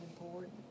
important